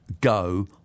go